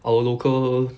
our local